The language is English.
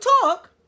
talk